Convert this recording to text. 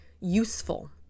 useful